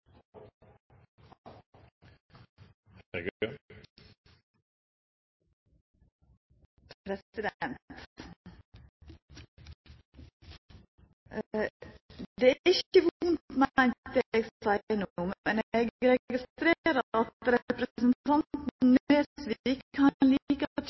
innlegg. Det er ikkje vondt meint det eg seier no, men eg registrerer at representanten